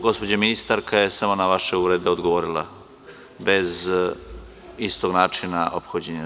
Gospođa ministarka je samo na vaše uvrede odgovorila bez istog načina ophođenja.